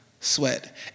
sweat